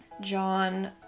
John